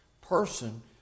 person